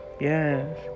Yes